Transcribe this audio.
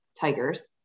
Tigers